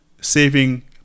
saving